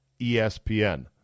ESPN